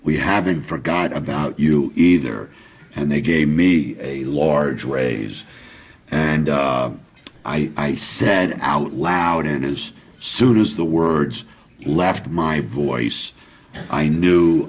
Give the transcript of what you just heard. we haven't forgot about you either and they gave me a large raise and i said out loud and as soon as the words left my voice i knew